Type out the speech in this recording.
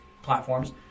platforms